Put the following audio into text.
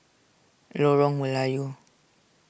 Lorong Melayu